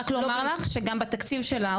רק לומר לך שגם בתקציב שלה,